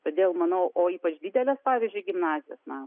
todėl manau o ypač didelės pavyzdžiui gimnazijos na